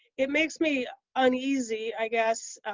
it makes me uneasy, i guess,